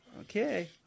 Okay